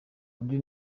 undi